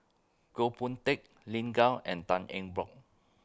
Goh Boon Teck Lin Gao and Tan Eng Bock